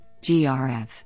GRF